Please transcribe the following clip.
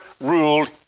ruled